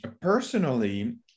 Personally